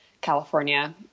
California